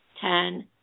ten